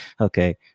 okay